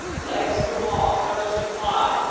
legs to walk, feathers to fly,